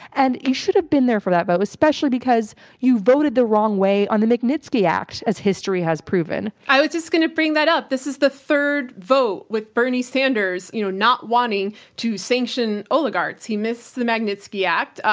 and you should have been there for that vote, especially because you voted the wrong way on the magnitsky act, as history has proven. i was just going to bring that up. this is the third vote with bernie sanders, you know not wanting to sanction oligarchs. he missed the magnitsky act.